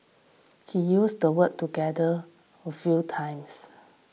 he used the word together a few times